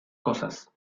cosas